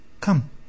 come